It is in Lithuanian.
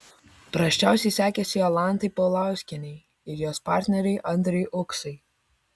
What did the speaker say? prasčiausiai sekėsi jolantai paulauskienei ir jos partneriui andriui uksui